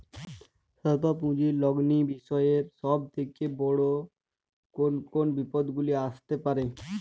স্বল্প পুঁজির লগ্নি বিষয়ে সব থেকে বড় কোন কোন বিপদগুলি আসতে পারে?